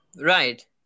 Right